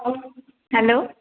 hello